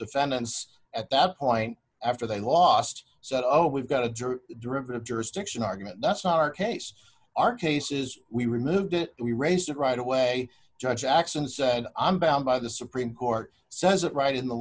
defendants at that point after they lost said oh we've got a derivative jurisdiction argument that's not our case our case is we removed it we raised it right away judge x and said i'm bound by the supreme court says it right in the